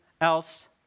else